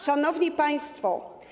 Szanowni Państwo!